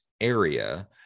area